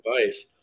advice